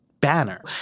banner